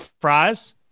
fries